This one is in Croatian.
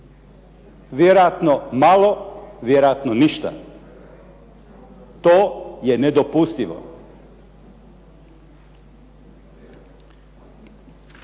Vjerojatno malo, vjerojatno ništa. To je nedopustivo.